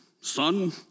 Son